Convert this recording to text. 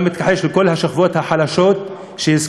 הוא מתכחש גם לכל השכבות החלשות שהזכרתי.